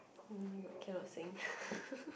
oh-my-god cannot sing